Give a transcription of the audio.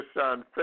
on